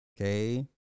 Okay